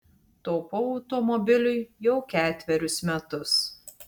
taupau automobiliui jau ketverius metus